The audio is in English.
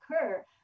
occur